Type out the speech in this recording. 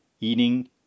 eating